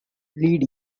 lead